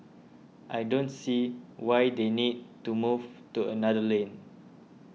I don't see why they need to move to another lane